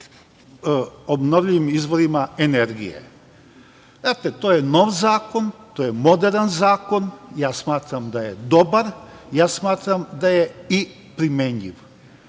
obnovljivim izvorima energije. To je nov zakon, to je moderan zakon. Smatram da je dobar, smatram da je i primenljiv.